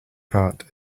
part